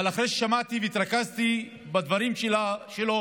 אבל אחרי ששמעתי והתרכזתי בדברים שלו,